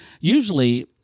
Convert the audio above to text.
usually